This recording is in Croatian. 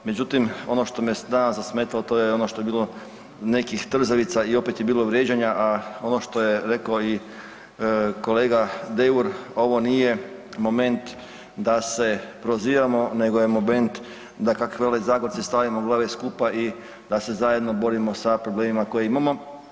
Međutim ono što me danas zasmetalo to je ono što bilo nekih trzavica i opet je bilo vrijeđanja, a ono što je rekao i kolega Deur ovo nije moment da se prozivamo, nego je moment da kak vele Zagorci stavimo glave skupa i da se zajedno borimo sa problemima koje imamo.